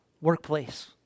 workplace